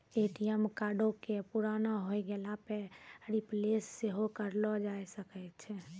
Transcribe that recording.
ATM कार्डो के पुराना होय गेला पे रिप्लेस सेहो करैलो जाय सकै छै